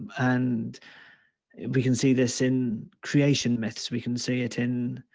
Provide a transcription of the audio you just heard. and we can see this in creation myths. we can see it in